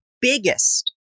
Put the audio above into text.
biggest